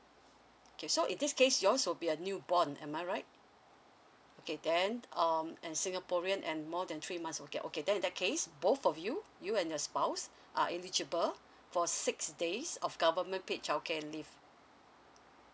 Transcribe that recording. okay so in this case y'all also be a new born am I right okay then um and singaporean and more than three months okay okay then in that case both of you you and your spouse are eligible for six days of government paid childcare leave